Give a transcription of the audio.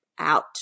out